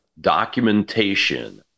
documentation